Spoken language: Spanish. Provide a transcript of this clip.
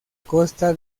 costa